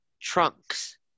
trunks